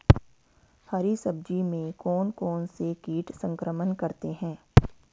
हरी सब्जी में कौन कौन से कीट संक्रमण करते हैं?